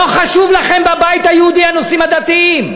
לא חשובים לכם, בבית היהודי, הנושאים הדתיים.